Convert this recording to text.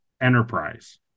Enterprise